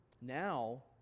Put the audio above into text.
Now